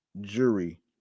Jury